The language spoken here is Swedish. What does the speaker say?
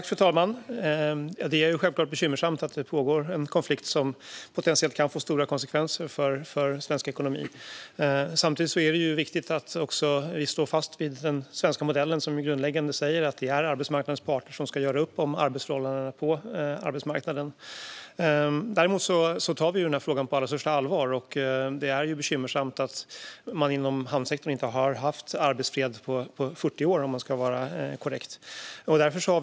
Fru talman! Det är självklart bekymmersamt att det pågår en konflikt som potentiellt kan få stora konsekvenser för svensk ekonomi. Samtidigt är det viktigt att vi står fast vid den svenska modellen, som i grunden säger att det är arbetsmarknadens parter som ska göra upp om arbetsförhållandena på arbetsmarknaden. Vi tar den här frågan på allra största allvar. Inom hamnsektorn har det inte rått arbetsfred på 40 år, om man ska vara korrekt. Det är bekymmersamt.